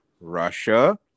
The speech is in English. Russia